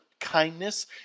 kindness